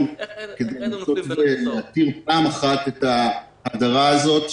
כדי להתיר פעם אחת ולתמיד את ההגדרה הזאת,